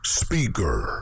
speaker